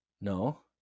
No